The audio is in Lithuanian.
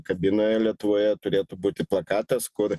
kabinoje lietuvoje turėtų būti plakatas kur